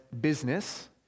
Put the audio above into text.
business